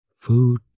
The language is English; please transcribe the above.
Food